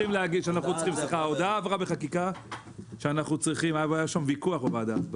סליחה, ההודעה עברה בחקיקה והיה שם ויכוח בוועדה.